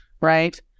Right